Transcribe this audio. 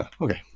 Okay